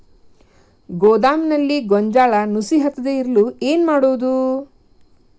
ಗೋದಾಮಿನಲ್ಲಿ ಗೋಂಜಾಳ ನುಸಿ ಹತ್ತದೇ ಇರಲು ಏನು ಮಾಡುವುದು?